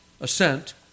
assent